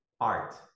art